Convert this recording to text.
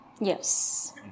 Yes